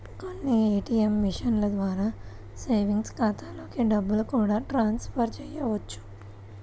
కొన్ని ఏ.టీ.యం మిషన్ల ద్వారా సేవింగ్స్ ఖాతాలలోకి డబ్బుల్ని కూడా ట్రాన్స్ ఫర్ చేయవచ్చు